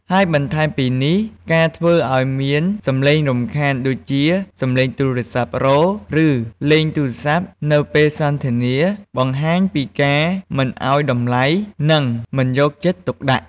ហើយបន្ថែមពីនេះការធ្វើឲ្យមានសម្លេងរំខានដូចជា សម្លេងទូរសព្ទ័រោទ៍ឬលេងទូរសព្ទ័នៅពេលសន្ទនាបង្ហាញពីការមិនឲ្យតម្លៃនិងមិនយកចិត្តទុកដាក់។